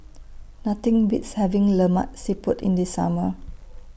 Nothing Beats having Lemak Siput in The Summer